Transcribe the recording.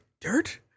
dirt